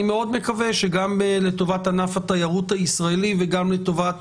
אני מאוד מקווה שגם לטובת ענף התיירות הישראלי וגם לטובת